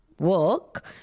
work